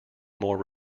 more